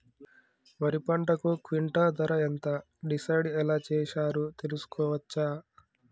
వరి పంటకు క్వింటా ధర ఎంత డిసైడ్ ఎలా చేశారు తెలుసుకోవచ్చా?